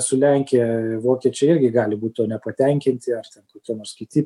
su lenkija vokiečiai irgi gali būt tuo nepatenkinti ar kokie nors kiti